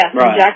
right